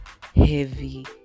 heavy